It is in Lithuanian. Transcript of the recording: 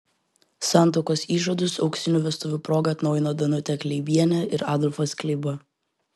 santuokos įžadus auksinių vestuvių proga atnaujino danutė kleibienė ir adolfas kleiba